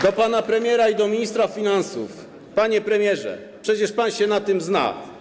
Do pana premiera i do ministra finansów: Panie premierze, przecież pan się na tym zna.